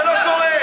זה לא קורה.